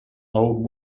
old